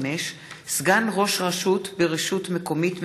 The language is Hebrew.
35) (סגן ראש רשות ברשות מקומית מעורבת),